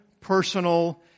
personal